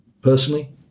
personally